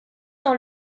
dans